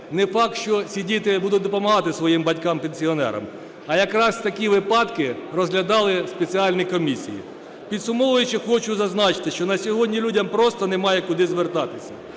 Не факт, що ці діти будуть допомагати своїм батькам-пенсіонерам, а якраз такі випадки розглядали спеціальні комісії. Підсумовуючи, зазначити, що на сьогодні людям просто немає куди звертатися.